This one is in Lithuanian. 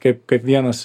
kaip kaip vienas